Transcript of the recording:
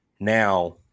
Now